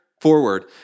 forward